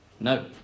No